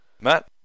Matt